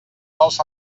vols